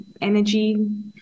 energy